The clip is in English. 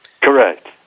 Correct